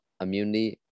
immunity